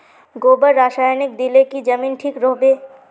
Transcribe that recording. गोबर रासायनिक दिले की जमीन ठिक रोहबे?